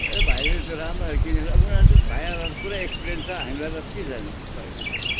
ए भाइ त्यो राम्रो खाले किनेर उनीहरू चाहिँ भाइहरूलाई त पुरा एक्सपिरियन्स छ हामीलाई त के जान्नु छैन त्यस्तो